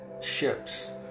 ships